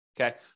okay